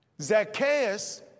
Zacchaeus